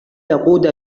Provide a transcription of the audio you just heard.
تقود